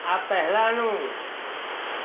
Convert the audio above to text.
આ પહેલાંનું